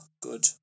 good